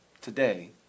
Today